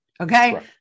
Okay